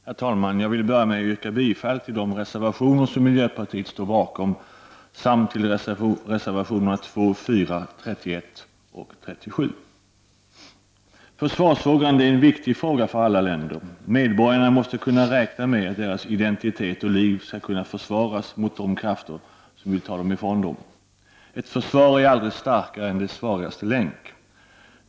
Herr talman! Jag vill börja med att yrka bifall till de reservationer som miljöpartiet står bakom samt till reservationerna 2, 4, 31 och 37. Försvarsfrågan är en viktig fråga för alla länder. Medborgarna måste kunna räkna med att deras identitet och liv skall kunna försvaras mot de krafter som vill ta detta ifrån dem. Ett försvar är aldrig starkare än dess svagaste länk.